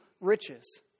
riches